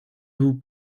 był